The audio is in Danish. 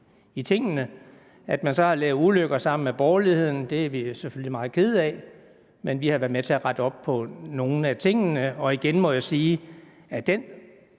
At regeringen så har lavet ulykker sammen med de borgerlige, er vi selvfølgelig meget kede af, men vi har været med til at rette op på nogle af tingene. Jeg må igen sige, at den